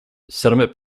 settlement